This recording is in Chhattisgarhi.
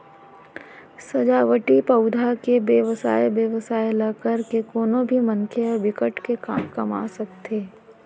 सजावटी पउधा के बेवसाय बेवसाय ल करके कोनो भी मनखे ह बिकट के कमा सकत हे